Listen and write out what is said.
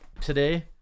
today